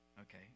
okay